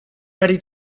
ready